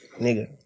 nigga